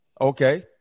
Okay